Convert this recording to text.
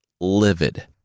livid